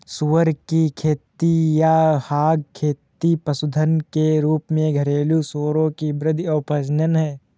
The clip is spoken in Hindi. सुअर की खेती या हॉग खेती पशुधन के रूप में घरेलू सूअरों की वृद्धि और प्रजनन है